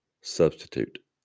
substitute